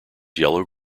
yellow